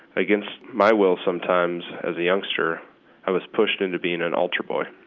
against my will sometimes, as a youngster i was pushed into being an altar boy